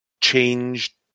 change